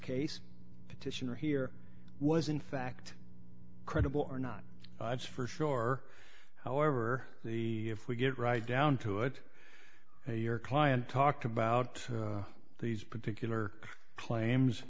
case petitioner here was in fact credible or not it's for sure however the if we get right down to it your client talked about these particular claims